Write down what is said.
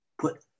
put